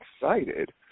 excited